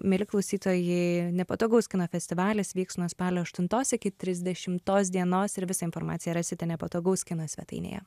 mieli klausytojai nepatogaus kino festivalis vyks nuo spalio aštuntos iki trisdešimtos dienos ir visą informaciją rasite nepatogaus kino svetainėje